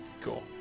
Cool